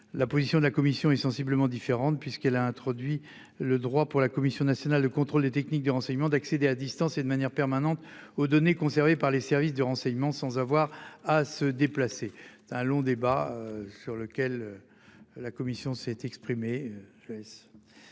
La position de la Commission est sensiblement différente, puisqu'elle a introduit le droit pour la Commission nationale de contrôle des techniques de renseignement d'accéder à distance et de manière permanente aux données conservées par les services de renseignement sans avoir à se déplacer. Un long débat sur lequel. La commission s'est exprimé,